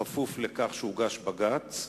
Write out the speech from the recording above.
בכפוף לכך שהוגש בג"ץ.